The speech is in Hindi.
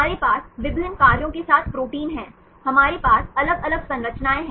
हमारे पास विभिन्न कार्यों के साथ प्रोटीन है हमारे पास अलग अलग संरचनाएं हैं